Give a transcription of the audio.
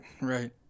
Right